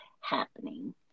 happening